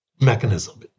mechanism